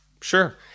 Sure